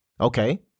Okay